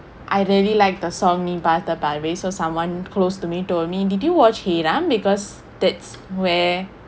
I really like the song நீ பார்த்த பார்வை:nee partha parvaai so someone close to me told me did you watch heyraam because that's where